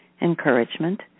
encouragement